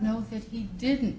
know fifteen didn't